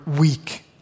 weak